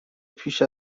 پیش